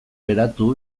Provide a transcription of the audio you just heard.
geratu